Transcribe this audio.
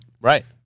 right